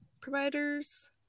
providers